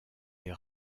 des